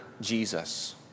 Jesus